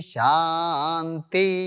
Shanti